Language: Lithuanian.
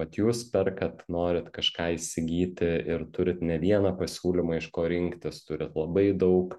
vat jūs perkat norit kažką įsigyti ir turit ne vieną pasiūlymą iš ko rinktis turit labai daug